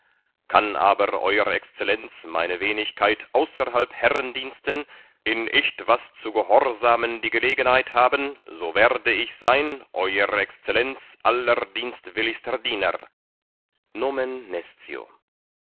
kann aber e exzell meine wenigkeit außerhalb herrendiensten in ichtwas zu gehorsamen die gelegenheit haben so werde ich sein eu exzell allerdienstwilligster diener n